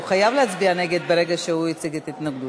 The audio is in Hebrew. הוא חייב להצביע נגד ברגע שהוא הציג את ההתנגדות.